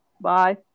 Bye